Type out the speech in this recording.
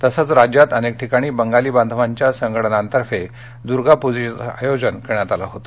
तसंच राज्यात अनेक ठिकाणी बंगाली बांधवांच्या संघटनांतर्फे दुर्गापूजेचं आयोजन करण्यात आलं होतं